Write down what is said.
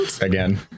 again